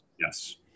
Yes